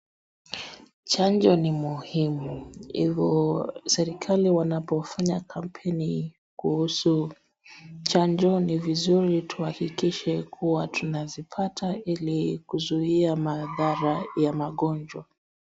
Chanjo ni muhimu hivo serikali wanapofanya kampeni kuhusu chanjo ni vizuri tuhakikishe kuwa tunazipata ili kuzuia madhara ya magonjwa .